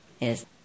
Yes